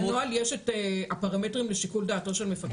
בנוהל יש את הפרמטרים לשיקול דעתו של מפקד הכלא?